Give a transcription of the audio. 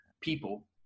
people